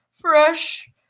fresh